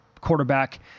quarterback